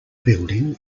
building